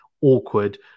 awkward